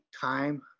time